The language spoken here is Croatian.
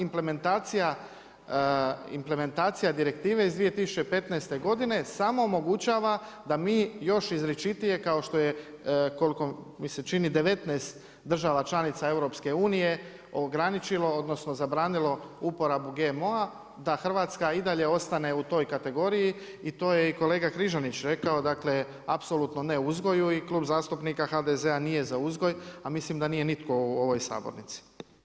Implementacija Direktivne iz 2015. godine, samo omogućava da mi još izričitije, kao što je koliko mi se čini 19 država članica EU, ograničeno, odnosno zabranilo uporabu GMO-a, da Hrvatska i dalje ostane u toj kategorije i to je i kolega Križanić rekao, dakle apsolutno ne uzgoju i Klub zastupnika HDZ-a nije za uzgoj, a mislim da nije nitko u ovoj sabornici.